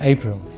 April